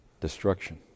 destruction